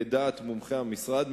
לדעת מומחי המשרד,